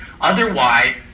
Otherwise